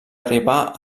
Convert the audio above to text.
arribar